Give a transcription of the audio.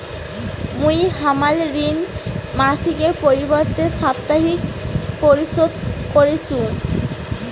মুই হামার ঋণ মাসিকের পরিবর্তে সাপ্তাহিক পরিশোধ করিসু